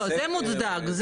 לא, זה מוצדק.